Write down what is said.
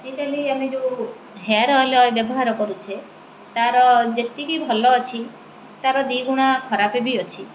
ଆଜିକାଲି ଆମେ ଯେଉଁ ହେୟାର୍ ଅଏଲ୍ ବ୍ୟବହାର କରୁଛେ ତାର ଯେତିକି ଭଲ ଅଛି ତାର ଦୁଇ ଗୁଣା ଖରାପ ବି ଅଛି